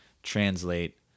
translate